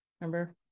Remember